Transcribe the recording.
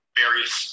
various